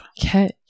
Catch